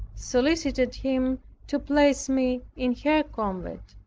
solicited him to place me in her convent.